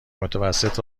متوسط